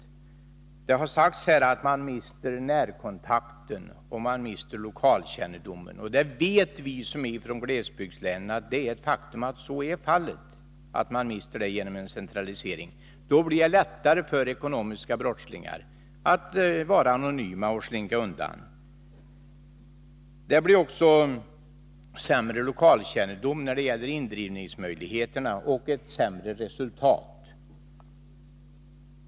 Det har sagts att man genom en centralisering mister närkontakten och att man mister lokalkännedomen. Vi som är från glesbygdslänen vet att så är fallet. Då blir det lättare för ekonomiska brottslingar att vara anonyma och slinka undan. Det blir också sämre lokalkännedom när det gäller indrivningsmöjligheterna och ett sämre resultat.